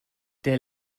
der